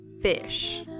Fish